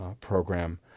program